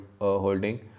Holding